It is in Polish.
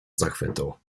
zachwytu